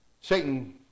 Satan